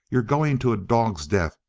you're going to a dog's death!